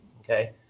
Okay